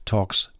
Talks